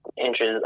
inches